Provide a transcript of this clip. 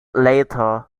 later